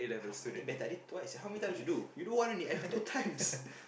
I did better I did twice how many times you do you do one only I do two times